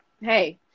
hey